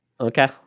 okay